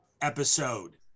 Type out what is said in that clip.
episode